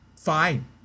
fine